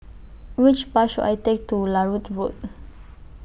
Which Bus should I Take to Larut Road